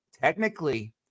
Technically